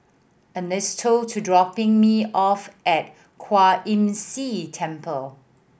Ernesto to dropping me off at Kwan Imm See Temple